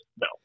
No